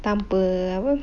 tanpa apa